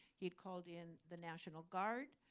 he had called in the national guard.